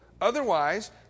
Otherwise